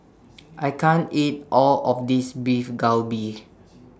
I can't eat All of This Beef Galbi